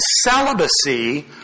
celibacy